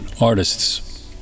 artists